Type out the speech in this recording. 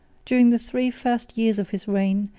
during the three first years of his reign,